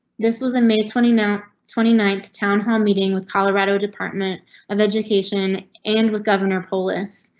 this wasn't made twenty, not twenty ninth town hall meeting with colorado department of education and with governor polis.